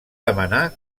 demanar